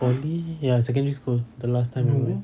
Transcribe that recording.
poly ya secondary school the last time I went